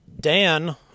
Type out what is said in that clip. Dan